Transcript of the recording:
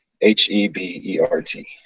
H-E-B-E-R-T